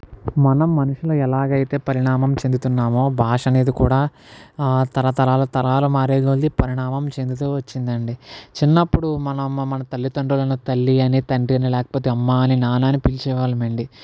మనం మనుషులు ఎలాగైతే పరిణామం చెందుతున్నామో భాష అనేది కూడా తరతరాలు తరాలు మారే కొలది పరిణామం చెందుతు వచ్చిందండి చిన్నప్పుడు మనం మన తల్లిదండ్రులను తల్లి అని తండ్రి అని లేకపోతే అమ్మ అని నాన్న అని పిలిచే వాళ్ళం అండి